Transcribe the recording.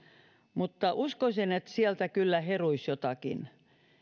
mutta uskoisin että sieltä kyllä heruisi jotakin